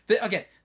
Again